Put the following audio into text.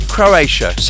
Croatia